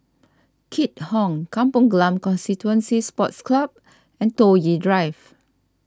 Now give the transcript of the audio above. Keat Hong Kampong Glam Constituency Sports Club and Toh Yi Drive